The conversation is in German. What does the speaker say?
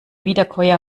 wiederkäuer